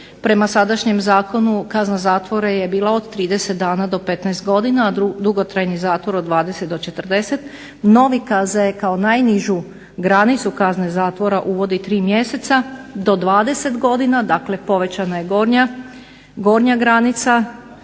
Prema sadašnjem zakonu kazna zatvora je bila od 30 dana do 15 godina, a dugotrajni zatvor od 20 do 40. Novi KZ kao najnižu granicu kazne zatvora uvodi 3 mjeseca do 20 godina, dakle povećana je gornja granica,